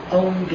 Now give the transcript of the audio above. own